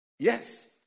Yes